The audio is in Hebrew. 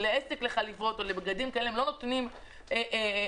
לעסק לחליפות או לבגדים כאלה לא נותנים אשראי.